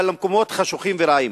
אבל למקומות חשוכים ורעים.